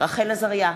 רחל עזריה,